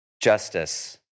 justice